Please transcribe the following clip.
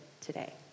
today